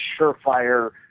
surefire